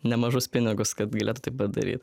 nemažus pinigus kad galėtų tai padaryt